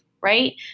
right